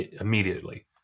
immediately